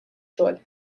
xogħol